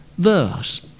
Thus